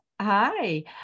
Hi